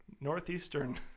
Northeastern